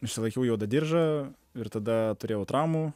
išsilaikiau juodą diržą ir tada turėjau traumų